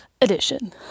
edition